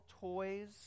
toys